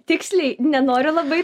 tiksliai nenoriu labai